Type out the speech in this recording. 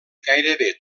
gairebé